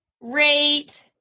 rate